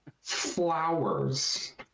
flowers